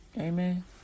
Amen